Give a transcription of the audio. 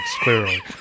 clearly